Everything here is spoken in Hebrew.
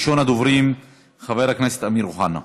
ראשון הדוברים, חבר הכנסת אמיר אוחנה.